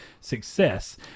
success